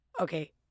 Okay